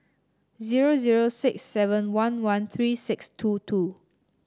zero zero six seven one one three six two two